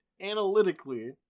analytically